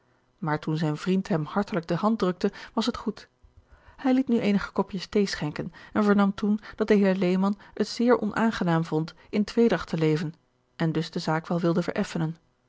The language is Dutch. maar toen zijn vriend hem hartelijk de hand drukte was het goed hij liet nu eenige kopjes thee schenken en vernam toen dat de heer lehman het zeer onaangenaam vond in tweedragt te leven en dus de zaak wel wilde vereffenen